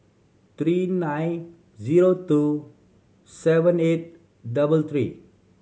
three nine zero two seven eight double three